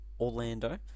Orlando